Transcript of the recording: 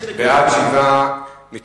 ההצעה לכלול את הנושא שהעלה חבר הכנסת